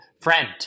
friend